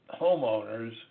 homeowners